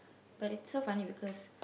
but it's so funny because